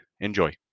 enjoy